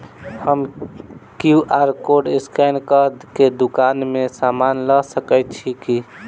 हम QR code scan कऽ केँ दुकान मे समान लऽ सकैत छी की?